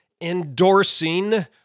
endorsing